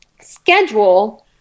schedule